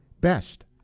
best